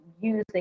using